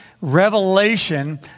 revelation